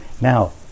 Now